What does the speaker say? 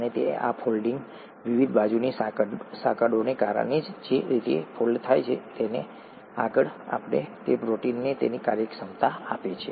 અને આ ફોલ્ડિંગ વિવિધ બાજુની સાંકળોને કારણે તે જે રીતે ફોલ્ડ થાય છે અને તેથી આગળ તે પ્રોટીનને તેની કાર્યક્ષમતા આપે છે